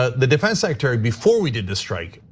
ah the defense secretary before we did the strike,